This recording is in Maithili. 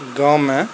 गाँवमे